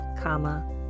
comma